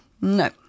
No